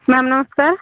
sir ନମସ୍କାର